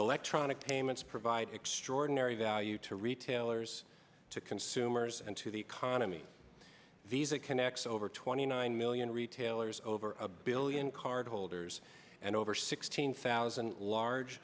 electronic payments provide extraordinary value to retailers to consumers and to the economy visa connects over twenty nine million retailers over a billion card holders and over sixteen thousand large